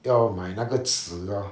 要买那个纸 lor